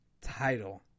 title